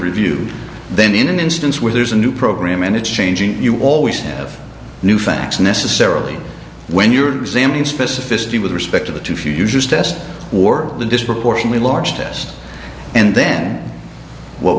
review then in an instance where there's a new program and it's changing you always have new facts necessarily when you're examining specificity with respect to the to few users test or the disproportionately large test and then what